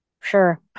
Sure